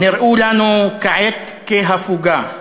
נראו לנו כעת כהפוגה,